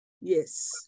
Yes